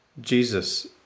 Jesus